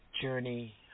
journey